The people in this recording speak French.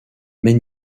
mais